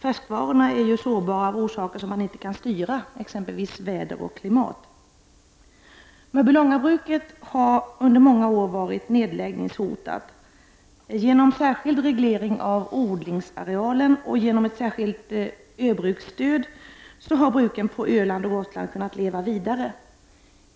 Färskvarorna är ju sårbara av orsaker man inte kan styra, exempelvis väder och klimat. Mörbylångabruket har under många år varit nedläggningshotat. Genom särskild reglering av odlingsarealen och genom ett särskilt Ö-bruksstöd har bruken på Öland och Gotland kunnat leva vidare.